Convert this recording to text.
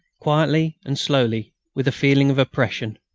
quietly and slowly, with a feeling of oppression.